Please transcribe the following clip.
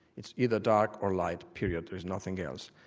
it's either dark or light, period, there is nothing else.